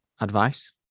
advice